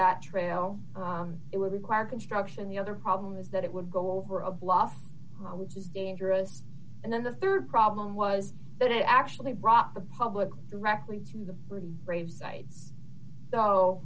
that trail it would require construction the other problem is that it would go over of lofts which is dangerous and then the rd problem was that it actually brought the public directly to the really brave side so